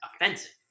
offensive